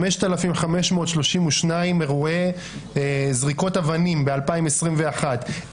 5,532 אירועי זריקות אבנים ב- 2021,